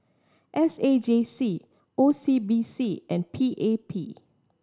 S A J C O C B C and P A P